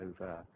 over